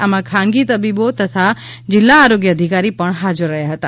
આમાં ખાનગી તબીબો તથા જિલ્લા આરોગ્ય અધિકારી પણ હાજર રહ્યા હતા